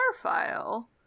file